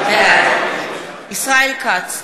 בעד ישראל כץ,